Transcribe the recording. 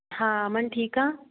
ਹਾਂ ਅਮਨ ਠੀਕ ਆ